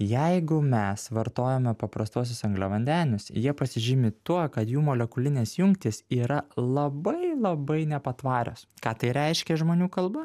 jeigu mes vartojame paprastuosius angliavandenius jie pasižymi tuo kad jų molekulinės jungtys yra labai labai nepatvarios ką tai reiškia žmonių kalba